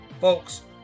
Folks